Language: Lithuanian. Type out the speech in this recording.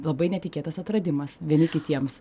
labai netikėtas atradimas vieni kitiems